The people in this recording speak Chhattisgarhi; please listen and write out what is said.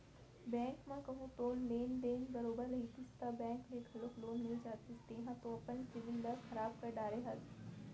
बेंक म कहूँ तोर लेन देन बरोबर रहितिस ता बेंक ले घलौक लोन मिल जतिस तेंहा तो अपन सिविल ल खराब कर डरे हस